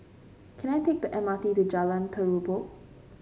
can I take the M R T to Jalan Terubok